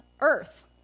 earth